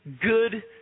good